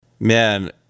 Man